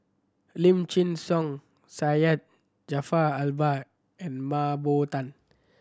Lim Chin Siong Syed Jaafar Albar and Mah Bow Tan